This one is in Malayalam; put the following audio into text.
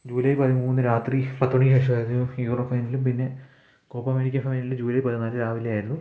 ജൂലൈ പതിമൂന്ന് രാത്രി പത്ത് മണിക്ക് ശേഷം ആയിരുന്നു യൂറോ ഫൈനലും പിന്നെ കോപ്പ അമേരിക്ക ഫൈനൽ ജൂലൈ പതിനാല് രാവിലെ ആയിരുന്നു